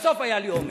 בסוף היה לי אומץ.